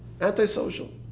Antisocial